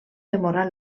demorar